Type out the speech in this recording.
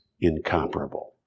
incomparable